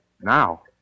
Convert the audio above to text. now